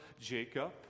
Jacob